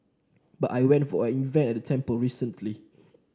but I went for an event at a temple recently